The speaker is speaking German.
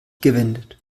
gewendet